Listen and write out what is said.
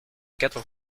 quatre